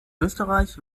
österreich